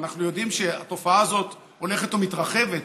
אנחנו יודעים שהתופעה הזאת הולכת ומתרחבת,